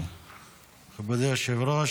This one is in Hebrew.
מכובדי היושב-ראש,